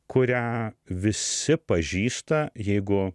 kurią visi pažįsta jeigu